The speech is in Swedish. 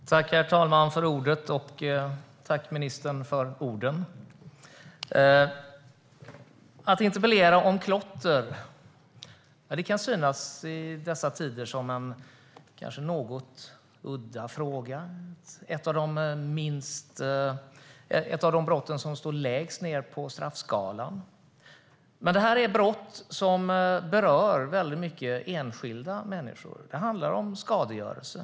Herr talman! Tack, herr talman, för ordet och tack, ministern, för orden! Klotter kan i dessa tider synas vara en något udda fråga att interpellera i. Det är ett av de brott som står lägst ned på straffskalan. Men det är brott som berör många enskilda människor. Det handlar om skadegörelse.